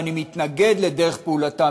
ואני מתנגד לדרך פעולתם,